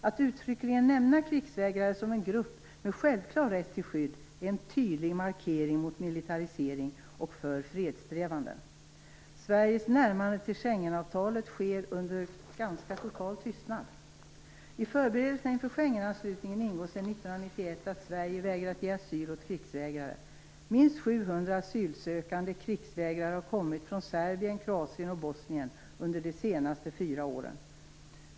Att uttryckligen nämna krigsvägrare som en grupp med självklar rätt till skydd är en tydlig markering mot militarisering och för fredssträvanden. Sveriges närmande till Schengenavtalet sker under ganska total tystnad. I förberedelserna inför Schengenanslutningen ingår sedan 1991 att Sverige vägrat ge asyl åt krigsvägrare. Minst 700 asylsökande krigsvägrare har kommit från Serbien, Kroatien och Bosnien under de senaste fyra åren.